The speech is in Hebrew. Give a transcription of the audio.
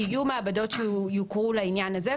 שיהיו מעבדות שיוכרו לעניין הזה.